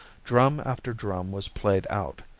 drum after drum was played out,